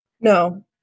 No